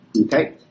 Okay